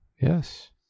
Yes